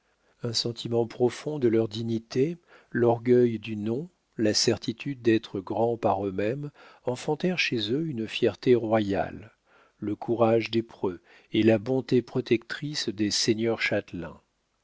un sentiment profond de leur dignité l'orgueil du nom la certitude d'être grands par eux-mêmes enfantèrent chez eux une fierté royale le courage des preux et la bonté protectrice des seigneurs